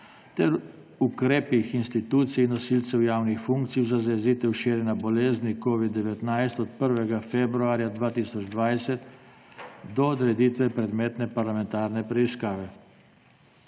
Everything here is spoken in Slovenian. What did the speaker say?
ter ukrepih institucij nosilcev javnih funkcij za zajezitev širjenja bolezni COVID-19 od 1. februarja 2020 do odreditve predmetne parlamentarne preiskave